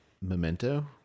Memento